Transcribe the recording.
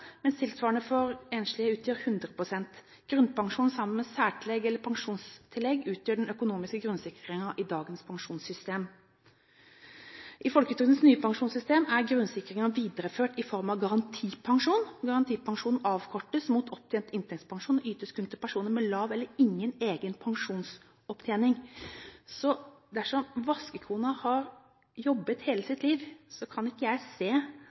mens tilsvarende for enslige utgjør 100 pst. Grunnpensjon sammen med særtillegg eller pensjonstillegg utgjør den økonomiske grunnsikringen i dagens pensjonssystem. I folketrygdens nye pensjonssystem er grunnsikringen videreført i form av garantipensjon. Garantipensjon avkortes mot opptjent inntektspensjon; ytes kun til personer med lav eller ingen egen pensjonsopptjening. Så dersom vaskekona har jobbet hele sitt liv, kan ikke jeg se